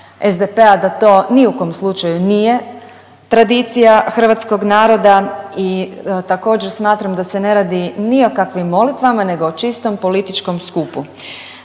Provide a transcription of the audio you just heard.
SDP-a da to ni u kom slučaju nije tradicija hrvatskog naroda i također smatram da se ne radi ni o kakvim molitvama nego o čistom političkom skupu